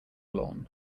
lawn